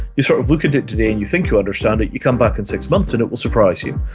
you sort of look at it today and you think you understand it, you come back in six months and it will surprise you.